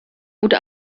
gute